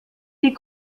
die